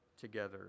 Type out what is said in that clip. together